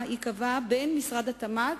2. אם כן, האם קיבלה הממשלה את הצעת המחליטים?